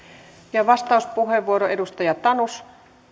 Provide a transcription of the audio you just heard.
ja vastauspuheenvuoro edustaja tanus